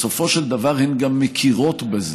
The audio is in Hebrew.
בסופו של דבר הן גם מכירות בזה,